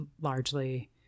largely